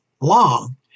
long